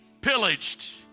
pillaged